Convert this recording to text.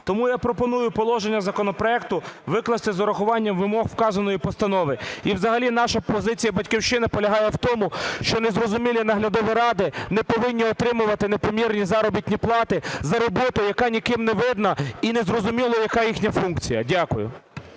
Тому я пропоную положення законопроекту викласти з урахуванням вимог вказаної постанови. І взагалі наша позиція "Батьківщини" полягає в тому, що незрозумілі наглядові ради не повинні отримувати непомірні заробітні плати за роботу, яка ніким не видна і не зрозуміло, яка їхня функція. Дякую.